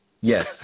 Yes